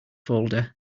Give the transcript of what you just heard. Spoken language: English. folder